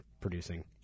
producing